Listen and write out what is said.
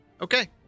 Okay